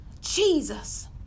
Jesus